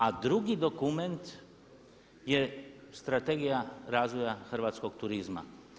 A drugi dokument je Strategija razvoja hrvatskog turizma.